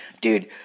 Dude